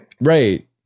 Right